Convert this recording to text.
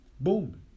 boom